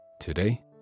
Today